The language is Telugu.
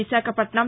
విశాఖపట్నం